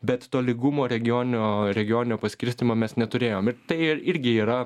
bet tolygumo regioninio regioninio paskirstymo mes neturėjom ir tai irgi yra